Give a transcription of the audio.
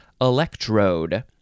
electrode